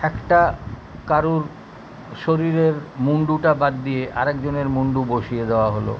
একটা কারোর শরীরের মুন্ডুটা বাদ দিয়ে আর একজনের মুন্ডু বসিয়ে দেওয়া হলো